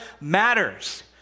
matters